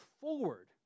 forward